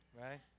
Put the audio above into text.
right